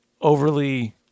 overly